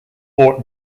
fort